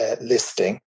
listing